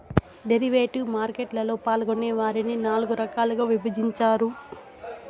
derivative market లలో పాల్గొనే వారిని నాల్గు రకాలుగా విభజించారు